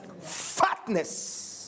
fatness